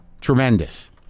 Tremendous